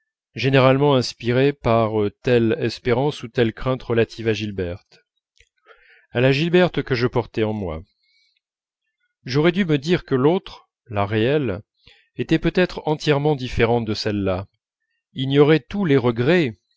généralement inspirés par telle espérance ou telle crainte relatives à gilberte à la gilberte que je portais en moi j'aurais dû me dire que l'autre la réelle était peut-être entièrement différente de celle-là ignorait tous les regrets